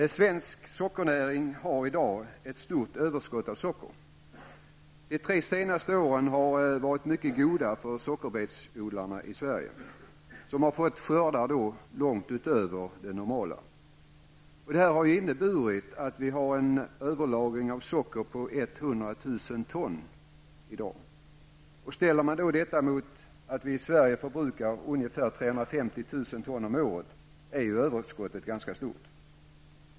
Svensk sockernäring har i dag ett stort överskott av socker. De tre senaste åren har varit mycket goda för sockerbetsodlarna i Sverige, och de har fått skördar långt utöver det normala. Detta har lett till att vi har fått en överlagring av socker om 100 000 ton. Mot bakgrund av att vi i Sverige förbrukar ungefär 350 000 ton om året är detta överskott ganska stort.